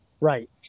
Right